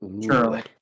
Surely